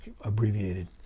abbreviated